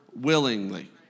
willingly